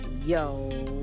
Yo